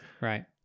Right